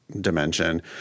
dimension